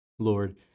Lord